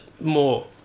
more